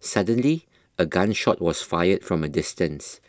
suddenly a gun shot was fired from a distance